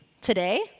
today